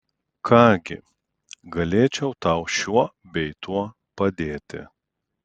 ką gi galėčiau tau šiuo bei tuo padėti